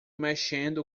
mexendo